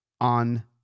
on